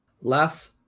last